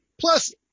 Plus